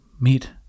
meet